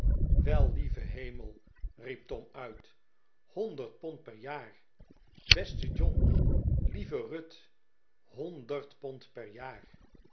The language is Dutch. wel lieve hemel riep tom uit honderd pond per jaar beste john lieve ruth honderd pond per jaar